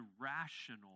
irrational